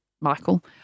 Michael